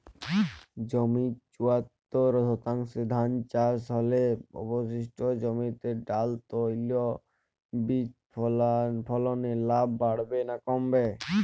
জমির চুয়াত্তর শতাংশে ধান চাষ হলে অবশিষ্ট জমিতে ডাল তৈল বীজ ফলনে লাভ বাড়বে না কমবে?